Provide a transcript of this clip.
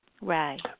Right